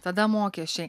tada mokesčiai